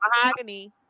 Mahogany